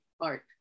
art